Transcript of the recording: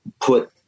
put